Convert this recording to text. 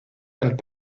and